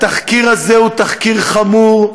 התחקיר הזה הוא תחקיר חמור,